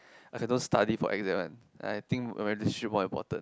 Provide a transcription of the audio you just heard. I can don't study for exam one and I think my relationship more important